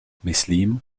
myslím